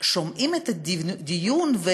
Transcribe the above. שומעים את הדיון,